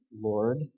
Lord